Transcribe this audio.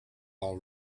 all